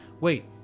wait